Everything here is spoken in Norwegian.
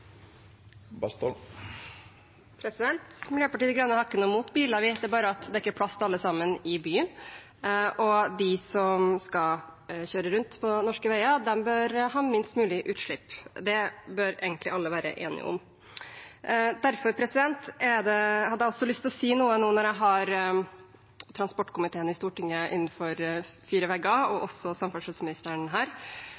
ned. Miljøpartiet De Grønne har ikke noe imot biler, det er bare det at det ikke er plass til alle sammen i byen. De som skal kjøre rundt på norske veier, bør ha minst mulig utslipp. Det bør egentlig alle være enige om. Derfor hadde jeg lyst til, nå når jeg har transportkomiteen i Stortinget innenfor fire vegger og